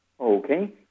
Okay